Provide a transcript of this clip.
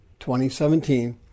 2017